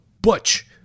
Butch